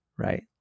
Right